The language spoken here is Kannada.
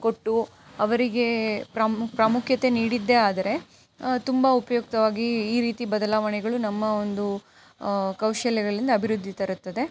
ಕೊಟ್ಟು ಅವರಿಗೇ ಪ್ರಾಮು ಪ್ರಾಮುಖ್ಯತೆ ನೀಡಿದ್ದೇ ಆದರೆ ತುಂಬ ಉಪಯುಕ್ತವಾಗಿ ಈ ರೀತಿ ಬದಲಾವಣೆಗಳು ನಮ್ಮ ಒಂದು ಕೌಶಲ್ಯಗಳಿಂದ ಅಭಿವೃದ್ಧಿ ತರುತ್ತದೆ